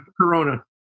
Corona